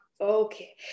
Okay